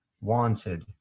Wanted